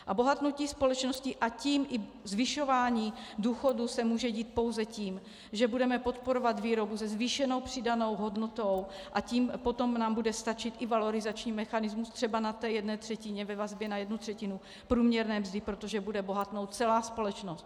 A bohatnutí společnosti, a tím i zvyšování důchodů se může dít pouze tím, že budeme podporovat výrobu se zvýšenou přidanou hodnotou, a tím nám potom bude stačit i valorizační mechanismus třeba na té jedné třetině, ve vazbě na jednu třetinu průměrné mzdy, protože bude bohatnout celá společnost.